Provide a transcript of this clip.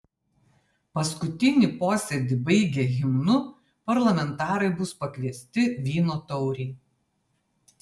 paskutinį posėdį baigę himnu parlamentarai bus pakviesti vyno taurei